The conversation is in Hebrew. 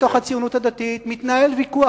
בתוך הציונות הדתית מתנהל ויכוח,